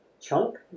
Chunk